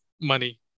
money